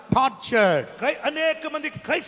tortured